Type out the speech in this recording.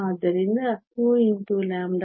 ಆದ್ದರಿಂದ 22 6a